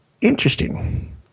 interesting